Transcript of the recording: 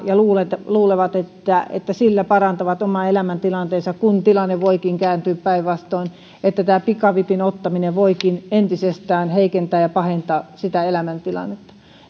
ja luulevat luulevat että että sillä parantavat oman elämäntilanteensa kun tilanne voikin kääntyä päinvastoin tämä pikavipin ottaminen voikin entisestään heikentää ja pahentaa sitä elämäntilannetta